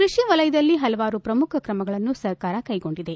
ಕೃಷಿ ವಲಯದಲ್ಲಿ ಹಲವಾರು ಪ್ರಮುಖ ಕ್ರಮಗಳನ್ನು ಸರ್ಕಾರ ಕ್ಕೆಗೊಂಡಿದೆ